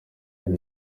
hari